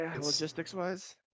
logistics-wise